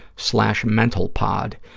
slash mentalpod,